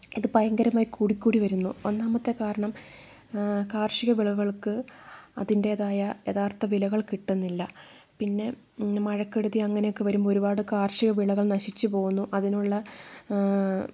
ഇത് ഭയങ്കരമായി കൂടിക്കൂടി വരുന്നു ഒന്നാമത്തെ കാരണം കാർഷിക വിളകൾക്ക് അതിൻ്റേതായ യഥാർത്ഥ വിലകൾ കിട്ടുന്നില്ല പിന്നെ മഴക്കെടുതി അങ്ങനെയൊക്കെ വരുമ്പോൾ ഒരുപാട് കാർഷിക വിളകൾ നശിച്ചു പോകുന്നു അതിനുള്ള